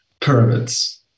pyramids